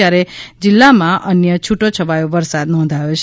જ્યારે જિલ્લામાં અન્ય છુટો છવાયો વરસાદ નોંધાયો છે